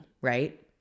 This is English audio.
right